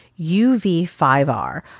UV5R